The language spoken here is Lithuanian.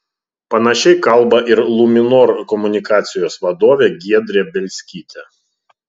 panašiai kalba ir luminor komunikacijos vadovė giedrė bielskytė